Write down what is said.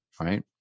right